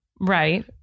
Right